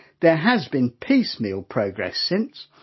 there has been piecemeal progress since.